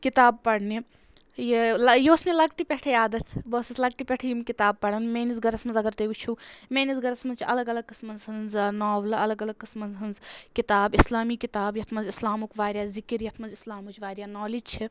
کِتاب پَرنہِ یہِ ٲں یہِ اوس مےٚ لۄکٹہِ پٮ۪ٹھٔے عادت بہٕ ٲسٕس لۄکٹہِ پٮ۪ٹھٔے یِم کِتاب پَران میٛٲنِس گھرَس منٛز اگر تُہۍ وُچھو میٛٲنِس گھرَس منٛز چھِ الگ الگ قٕسمَن ہنٛز ٲں ناولہٕ الگ الگ قٕسمَن ہنٛز کِتاب اِسلامی کِتاب یَتھ منٛز اِسلامُک واریاہ ذِکر یَتھ منٛز اِسلامٕچ واریاہ نوٛالیج چھِ